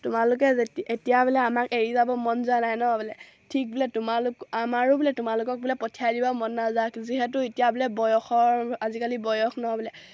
তোমালোকে যেতিয়া এতিয়া বোলে আমাক এৰি যাব মন যোৱা নাই নহ্ বোলে ঠিক বোলে তোমালোক আমাৰো বোলে তোমালোকক বোলে পঠিয়াই দিব মন নাযায় যিহেতু এতিয়া বোলে বয়সৰ আজিকালি বয়স নহ'বলৈ